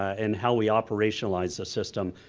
and how we operationalize the system.